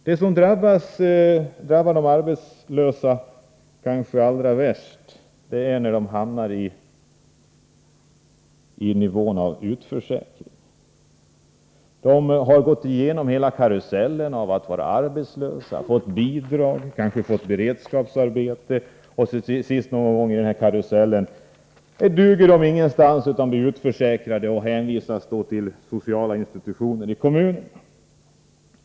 Det som drabbar de arbetslösa kanske allra mest är när de hamnar i situationen att bli utförsäkrade. När de har gått igenom hela karusellen av att vara arbetslös och ha fått bidrag och kanske beredskapsarbete, duger de till sist inte till något annat än att bli utförsäkrade och hänvisas till sociala institutioner i kommunerna.